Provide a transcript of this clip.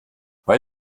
weil